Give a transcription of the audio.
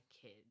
kids